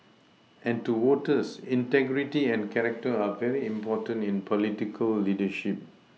and to voters integrity and character are very important in political leadership